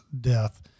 death